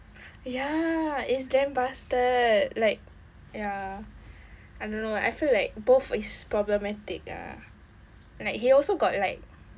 ya it's damn bastard like ya I don't know I feel like both is problematic lah like he also got like